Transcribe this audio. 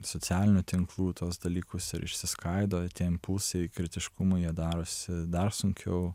socialinių tinklų tuos dalykus ir išsiskaido tie impulsai kritiškumai jie darosi dar sunkiau